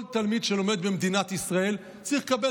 כל תלמיד שלומד במדינת ישראל צריך לקבל